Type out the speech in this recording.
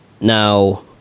Now